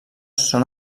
són